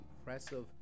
impressive